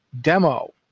demo